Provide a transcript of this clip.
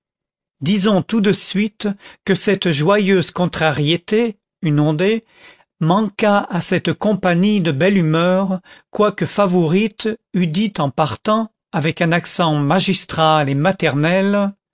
disons tout de suite que cette joyeuse contrariété une ondée manqua à cette compagnie de belle humeur quoique favourite eût dit en partant avec un accent magistral et maternel